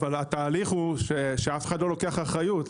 התהליך הוא שאף אחד לא לוקח אחריות.